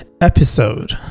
episode